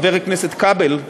חבר הכנסת כבל,